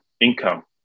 income